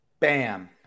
Bam